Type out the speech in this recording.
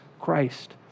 Christ